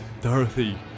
Dorothy